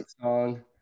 song